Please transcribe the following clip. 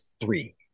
three